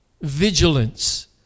vigilance